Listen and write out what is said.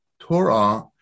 Torah